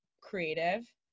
creative